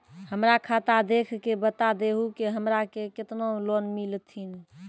हमरा खाता देख के बता देहु के हमरा के केतना लोन मिलथिन?